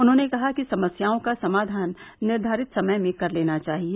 उन्होंने कहा कि समस्याओं का समाधान निर्धारित समय में कर लेना चाहिए